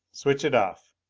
switch it off.